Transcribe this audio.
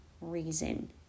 reason